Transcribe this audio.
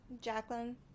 Jacqueline